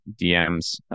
DMs